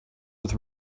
with